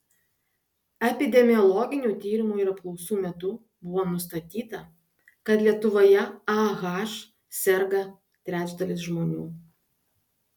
epidemiologinių tyrimų ir apklausų metu buvo nustatyta kad lietuvoje ah serga trečdalis žmonių